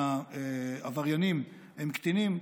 מהעבריינים הם קטינים,